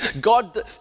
God